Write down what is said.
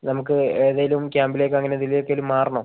നമുക്ക് ഏതേലും ക്യാമ്പിലേക്കോ അങ്ങനെ എന്തിലേക്കെങ്കിലും മാറണോ